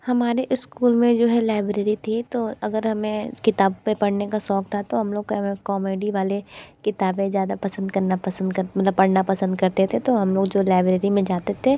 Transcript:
हमारे इस्कूल में जो है लैबरेरी थी तो अगर हमें किताबें पढ़ने का शौक़ था हम लोग कौमेडी वाले किताबें ज़्यादा पसंद करना पसंद कन मतलब पढ़ना पसंद करते थे तो हम लोग जो लैबरेरी में जाते थे